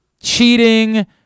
cheating